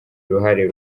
uruhare